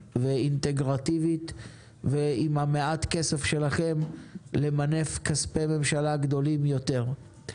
ואינטגרטיבית ועם מעט הכסף שלכם למנף כספי ממשלה גדולים יותר.